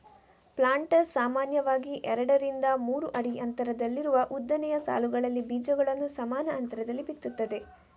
planter ಸಾಮಾನ್ಯವಾಗಿ ಎರಡರಿಂದ ಮೂರು ಅಡಿ ಅಂತರದಲ್ಲಿರುವ ಉದ್ದನೆಯ ಸಾಲುಗಳಲ್ಲಿ ಬೀಜಗಳನ್ನ ಸಮಾನ ಅಂತರದಲ್ಲಿ ಬಿತ್ತುತ್ತದೆ